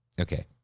Okay